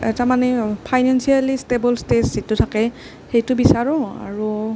এটা মানে financially stable stage যিটো থাকে সেইটো বিচাৰোঁ আৰু